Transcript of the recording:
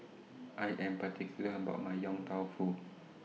I Am particular about My Yong Tau Foo